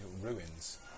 ruins